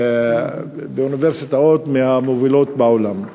באוניברסיטאות מהמובילות בעולם.